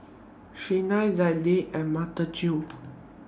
Shena Zelda and Mitchell